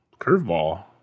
curveball